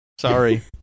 Sorry